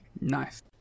Nice